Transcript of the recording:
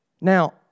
Now